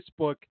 Facebook